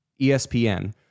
ESPN